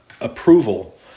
approval